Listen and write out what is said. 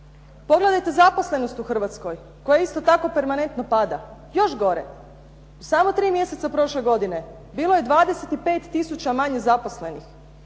Pogledajte zaposlenost u Hrvatskoj koja isto tako permanentno pada. Još gore. U samo 3 mjeseca prošle godine bilo je 25 000 manje zaposlenih.